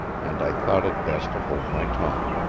and i thought it best to hold my tongue.